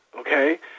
okay